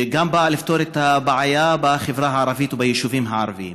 וגם באה לפתור את הבעיה בחברה הערבית וביישובים הערביים.